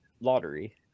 lottery